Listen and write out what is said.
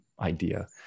idea